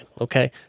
okay